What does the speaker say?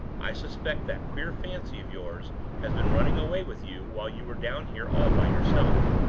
i suspect that queer fancy of yours has been running away with you while you were down here all by yourself.